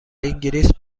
انگلیس